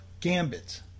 gambit